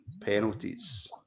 penalties